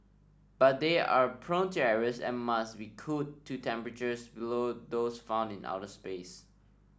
but they are prone to errors and must be cooled to temperatures below those found in outer space